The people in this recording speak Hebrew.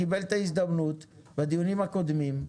קיבל הזדמנות בדיונים הקודמים.